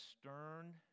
stern